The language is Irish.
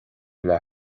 bhaile